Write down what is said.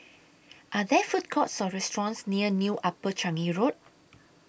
Are There Food Courts Or restaurants near New Upper Changi Road